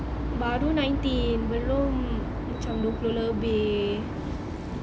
baru nineteen belum macam dua puluh lebih